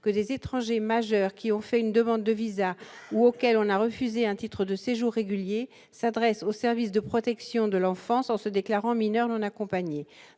que des étrangers majeurs qui ont fait une demande de VISA ou auxquels on a refusé un titre de séjour régulier s'adressent aux services de protection de l'enfance, en se déclarant mineurs non accompagnés,